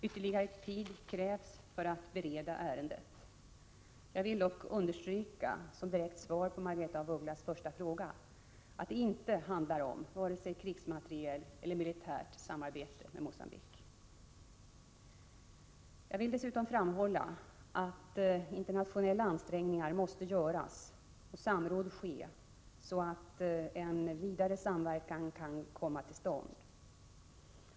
Ytterligare tid krävs för att bereda ärendet. Jag vill dock understryka, som direkt svar på Margaretha af Ugglas första fråga, att det inte handlar om vare sig krigsmateriel eller militärt samarbete med Mogambique. Jag vill dessutom framhålla att internationella ansträngningar måste göras och samråd ske för att en vidare samverkan kan komma till stånd.